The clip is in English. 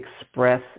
express